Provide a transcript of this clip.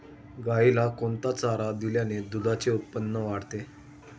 गाईला कोणता चारा दिल्याने दुधाचे उत्पन्न वाढते?